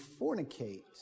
fornicate